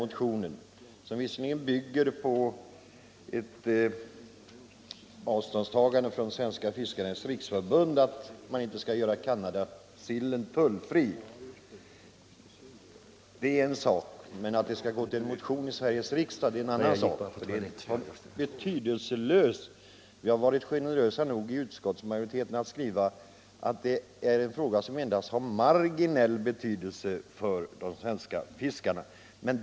Motionen bygger visserligen på ett avståndstagande från Sveriges Fiskares riksförbund, som inte vill att Canadasillen skall bli tullfri, men frågan är ändå helt betydelselös. Vi har varit generösa nog i utskottsmajoriteten att skriva att det är en fråga som endast har marginell betydelse för de svenska fiskarna.